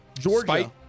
Georgia